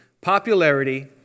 popularity